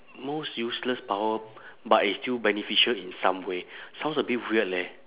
most useless power but it's still beneficial in some way sounds a bit weird leh